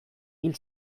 hil